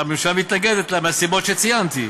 והממשלה מתנגדת לה מהסיבות שציינתי,